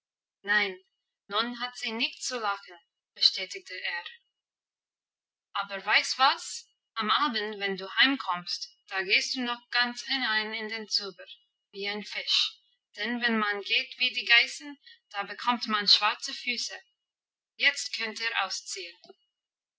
nein nun hat sie nichts zu lachen bestätigte er aber weißt was am abend wenn du heimkommst da gehst du noch ganz hinein in den zuber wie ein fisch denn wenn man geht wie die geißen da bekommt man schwarze füße jetzt könnt ihr ausziehen